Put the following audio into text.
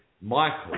Michael